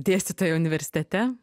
dėstytoja universitete